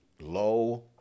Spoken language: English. low